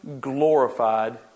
glorified